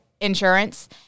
insurance